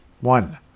One